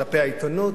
כלפי העיתונות,